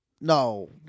No